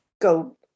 go